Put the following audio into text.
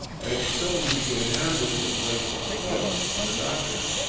and somebody began hammerin' like fun on the knocker.